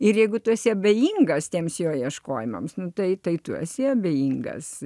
ir jeigu tu esi abejingas tiems jo ieškojimams nu tai tai tu esi abejingas